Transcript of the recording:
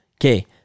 Okay